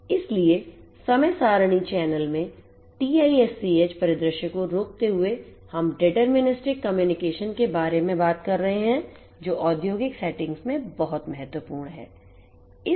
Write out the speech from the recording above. इसलिए समय सारणी चैनल में TiSCH परिदृश्य को रोकते हुए हमdeterministic communication के बारे में बात कर रहे हैं जो औद्योगिक सेटिंग्स में बहुत महत्वपूर्ण है